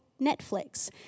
Netflix